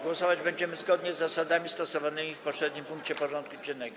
Głosować będziemy zgodnie z zasadami stosowanymi w poprzednim punkcie porządku dziennego.